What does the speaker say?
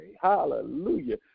hallelujah